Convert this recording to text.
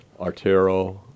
Artero